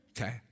okay